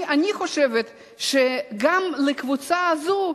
אני חושבת שגם לקבוצה הזאת,